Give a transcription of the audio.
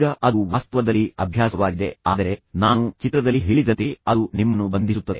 ಈಗ ಅದು ವಾಸ್ತವದಲ್ಲಿ ಅಭ್ಯಾಸವಾಗಿದೆ ಆದರೆ ನಾನು ಚಿತ್ರದಲ್ಲಿ ಹೇಳಿದಂತೆ ಅದು ನಿಮ್ಮನ್ನು ಬಂಧಿಸುತ್ತದೆ